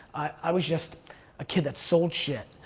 i was just a kid that sold shit.